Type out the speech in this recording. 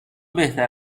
بهتر